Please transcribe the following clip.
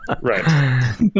right